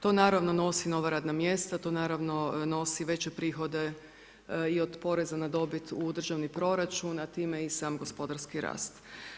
To naravno nosi nova radna mjesta, to naravno nosi veće prihode i od poreza na dobit u državni proračun, a time i sam gospodarski rast.